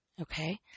Okay